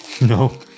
No